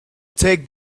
take